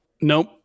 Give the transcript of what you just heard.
Nope